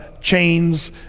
chains